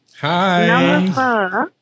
Hi